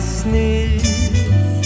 sneeze